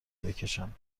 بکشم